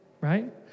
right